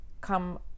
come